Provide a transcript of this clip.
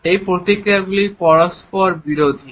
এই প্রতিক্রিয়াগুলি পরস্পর বিরোধী